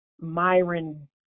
Myron